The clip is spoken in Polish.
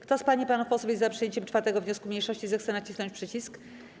Kto z pań i panów posłów jest za przyjęciem 4. wniosku mniejszości, zechce nacisnąć przycisk.